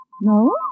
No